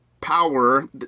power